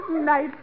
Night